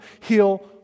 heal